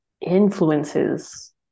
influences